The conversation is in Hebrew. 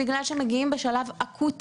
בגלל שמגיעים אליהם בשלב אקוטי,